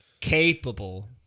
capable